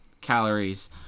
calories